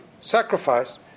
sacrifice